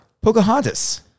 Pocahontas